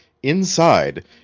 Inside